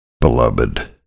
Beloved